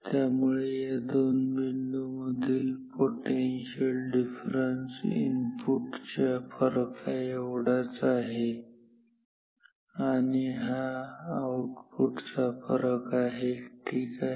त्यामुळे या दोन बिंदूमधील पोटेन्शियल डिफरेन्स इनपुट च्या फरक एवढाच आहे आणि हा आउटपुट चा फरक आहे ठीक आहे